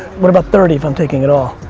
what about thirty if i'm taking it all.